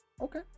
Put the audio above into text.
okay